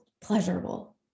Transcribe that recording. pleasurable